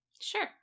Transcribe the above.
Sure